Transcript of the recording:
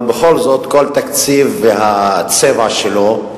אבל בכל זאת כל תקציב והצבע שלו,